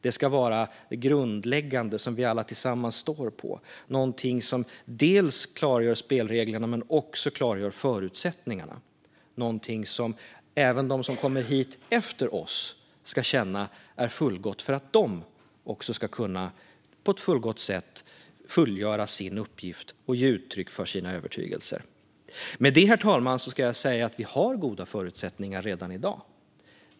Det ska vara det grundläggande som vi alla tillsammans står på, någonting som klargör spelreglerna och förutsättningarna och som även de som kommer hit efter oss ska känna är fullgott för att de i sin tur på ett fullgott sätt ska kunna fullgöra sin uppgift och ge uttryck för sina övertygelser. Herr talman! Vi har goda förutsättningar redan i dag.